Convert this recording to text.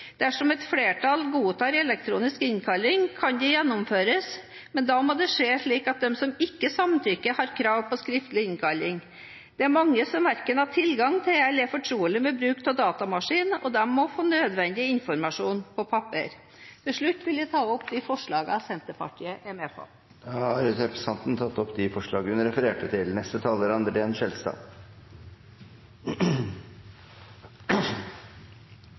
Dersom et flertall godtar elektronisk innkalling, kan det gjennomføres, men da slik at de som ikke samtykker, har krav på skriftlig innkalling. Det er mange som verken har tilgang til eller er fortrolig med bruk av datamaskin, og de må få nødvendig informasjon på papir. Til slutt vil jeg ta opp de forslagene Senterpartiet er med på. Representanten Heidi Greni har tatt opp de forslagene hun refererte til. Jeg er